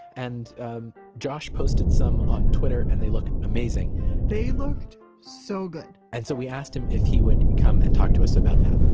and um josh posted some on twitter and they look amazing they looked so good and so we asked him if he would come and talk to us about that